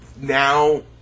now